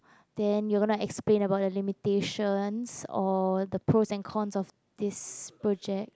then you gonna like explain about the limitation or the pros and cons of this project